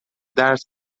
درس